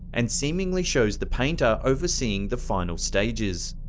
and seemingly shows the painter overseeing the final stages.